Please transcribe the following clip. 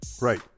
Right